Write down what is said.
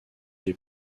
les